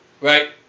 Right